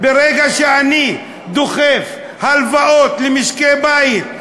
ברגע שאני דוחף הלוואות למשקי-בית,